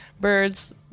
birds